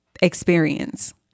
experience